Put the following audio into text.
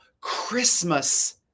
Christmas